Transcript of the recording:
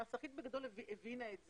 הנסחית בגדול הבינה את זה.